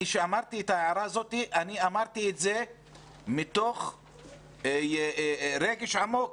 כשאמרתי את ההערה ההיא אמרתי אותה מתוך רגש עמוק